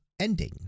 Ending